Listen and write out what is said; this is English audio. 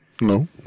No